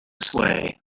sway